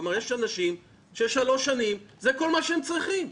ואמר: יש אנשים ששלוש שנים זה כל מה שהם צריכים.